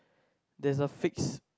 there's a fixed